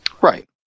Right